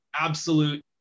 absolute